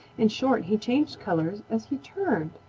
in short he changed color as he turned.